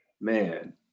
man